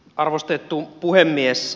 arvostettu puhemies